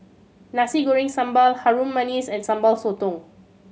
Nasi Goreng Sambal Harum Manis and Sambal Sotong